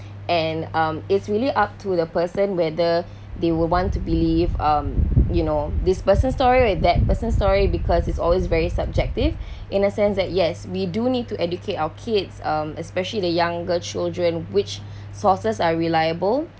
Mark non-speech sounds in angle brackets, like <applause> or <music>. and um it's really up to the person whether <breath> they will want to believe um you know this person story with that person story because it's always very subjective <breath> in a sense that yes we do need to educate our kids um especially the younger children which <breath> sources are reliable